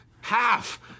Half